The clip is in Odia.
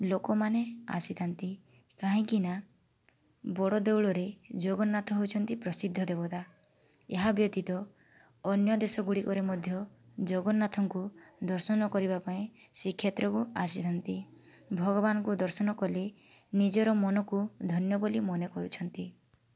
ଲୋକମାନେ ଆସିଥାନ୍ତି କାହିଁକି ନା ବଡ଼ ଦେଉଳରେ ଜଗନ୍ନାଥ ହେଉଛନ୍ତି ପ୍ରସିଦ୍ଧ ଦେବତା ଏହା ବ୍ୟତୀତ ଅନ୍ୟ ଦେଶ ଗୁଡ଼ିକରେ ମଧ୍ୟ ଜଗନ୍ନାଥଙ୍କୁ ଦର୍ଶନ କରିବା ପାଇଁ ଶ୍ରୀକ୍ଷେତ୍ରକୁ ଆସିଥାନ୍ତି ଭଗବାନଙ୍କୁ ଦର୍ଶନ କଲେ ନିଜର ମନକୁ ଧନ୍ୟ ବୋଲି ମନେ କରୁଛନ୍ତି